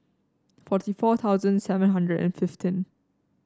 forty four thousand seven hundred and fifteen